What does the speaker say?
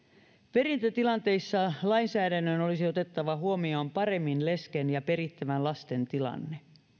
perintötilanteissa lainsäädännön olisi otettava huomioon paremmin lesken ja perittävän lasten tilanne